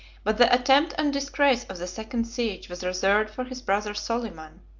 but the attempt and disgrace of the second siege was reserved for his brother soliman,